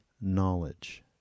knowledge